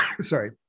Sorry